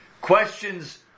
questions